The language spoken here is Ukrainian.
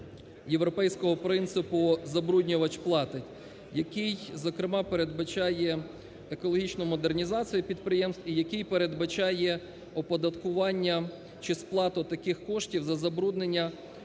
європейського принципу "забруднювач платить". Який, зокрема, передбачає екологічну модернізацію підприємств, і який передбачає оподаткування чи сплату таких коштів за забруднення з усіх